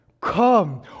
Come